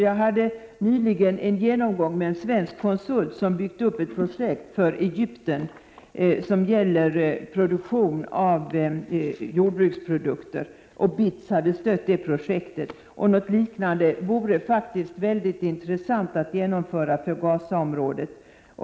Jag hade nyligen en genomgång med en konsult som med stöd av BITS har byggt upp ett projekt i Egypten avseende produktion av jordbruksprodukter. Om något liknande kunde genomföras för Gaza-området vore det mycket intressant.